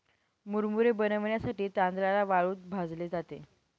मुरमुरे बनविण्यासाठी तांदळाला वाळूत भाजले जाते